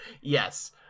Yes